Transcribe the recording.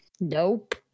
Nope